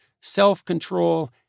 self-control